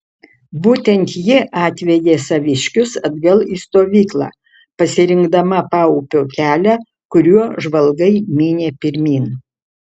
būtent ji atvedė saviškius atgal į stovyklą pasirinkdama paupio kelią kuriuo žvalgai mynė pirmyn